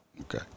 Okay